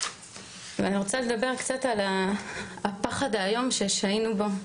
אני רוצה לדבר קצת על הפחד האיום שהיינו בו,